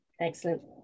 Excellent